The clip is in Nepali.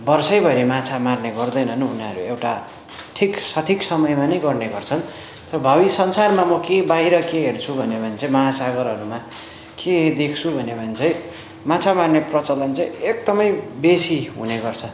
वर्षैभरि माछा मार्ने गर्दैनन् उनीहरू एउटा ठिक सठिक समयमा नै गर्ने गर्छन् र भावी संसारमा म के बाहिर के हेर्छु भन्यो भने चाहिँ महासागरहरूमा के देख्छु भन्यो भने चाहिँ माछा मार्ने प्रचलन चाहिँ एकदमै बेसी हुने गर्छ